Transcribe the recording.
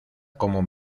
como